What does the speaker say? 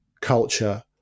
culture